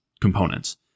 components